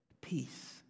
peace